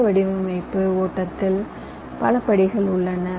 இந்த வடிவமைப்பு ஓட்டத்தில் பல படிகள் உள்ளன